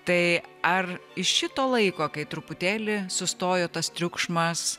tai ar iš šito laiko kai truputėlį sustojo tas triukšmas